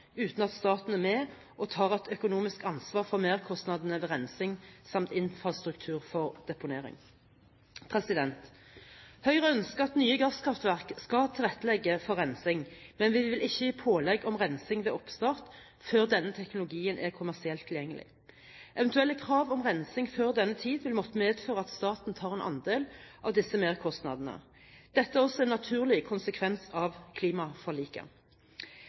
uten at staten er med og tar et økonomisk ansvar for merkostnadene ved rensing samt ansvar for infrastruktur for deponering. Høyre ønsker at nye gasskraftverk skal tilrettelegge for rensing, men vi vil ikke gi pålegg om rensing ved oppstart før denne teknologien er kommersielt tilgjengelig. Eventuelle krav om rensing før denne tid vil måtte medføre at staten tar en andel av disse merkostnadene. Dette er også en naturlig konsekvens av klimaforliket.